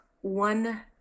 one